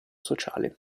sociale